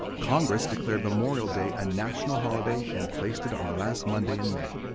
congress declared memorial day a national holiday and placed it on the last monday in may.